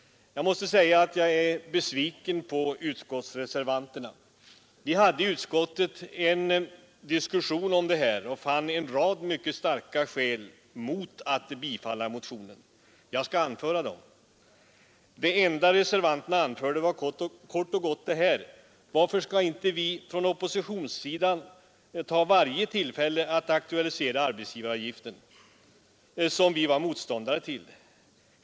Jag är besviken på utskottsreservanterna. Vi hade i utskottet en diskussion om detta och fann en rad mycket starka skäl mot att bifalla motionen. Jag skall återge dem. Det enda reservanterna anförde var kort och gott det här: Varför skall inte vi från oppositionssidan ta vara på varje tillfälle att aktualisera arbetsgivaravgiften, som vi var motståndare till?